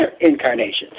incarnations